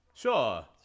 Sure